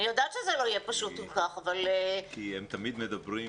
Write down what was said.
אני יודעת שזה לא יהיה פשוט כל כך כי הם תמיד מדברים,